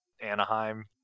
Anaheim